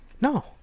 No